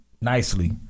nicely